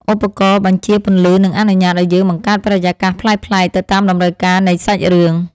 ឧបករណ៍បញ្ជាពន្លឺនឹងអនុញ្ញាតឱ្យយើងបង្កើតបរិយាកាសប្លែកៗទៅតាមតម្រូវការនៃសាច់រឿង។